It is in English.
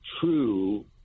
true